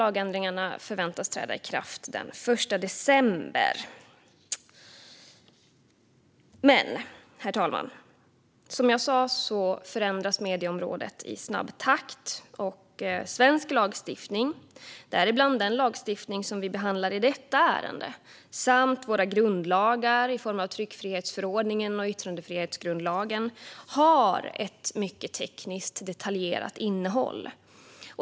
Lagändringarna förväntas träda i kraft den l december, men som jag sa förändras medieområdet i snabb takt, och svensk lagstiftning, däribland den lagstiftning vi behandlar i detta ärende samt våra grundlagar i form av tryckfrihetsförordningen och yttrandefrihetsgrundlagen, har ett mycket tekniskt detaljerat innehåll.